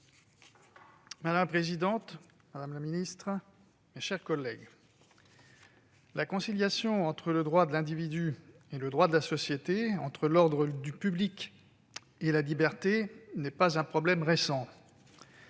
Madame la présidente, madame la ministre, mes chers collègues, la conciliation entre le droit de l'individu et le droit de la société, entre l'ordre public et la liberté, n'est pas un problème récent.